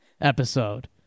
episode